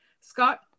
Scott